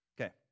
Okay